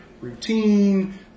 routine